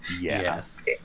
yes